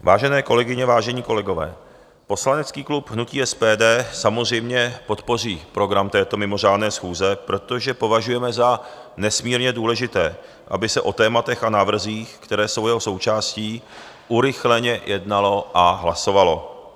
Vážené kolegyně, vážení kolegové, poslanecký klub hnutí SPD samozřejmě podpoří program této mimořádné schůze, protože považujeme za nesmírně důležité, aby se o tématech a návrzích, které jsou jeho součástí, urychleně jednalo a hlasovalo.